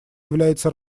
является